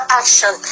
action